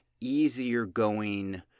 easier-going